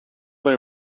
they